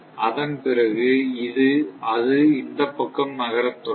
அதன் பிறகு அது இந்த பக்கம் நகர தொடங்கும்